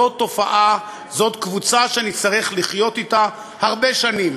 זאת תופעה, זאת קבוצה שנצטרך לחיות אתה הרבה שנים.